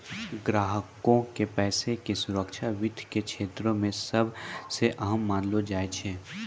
ग्राहको के पैसा के सुरक्षा वित्त के क्षेत्रो मे सभ से अहम मानलो जाय छै